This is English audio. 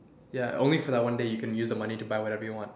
ya only for that one day you can use the money to buy whatever you want